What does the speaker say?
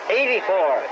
Eighty-four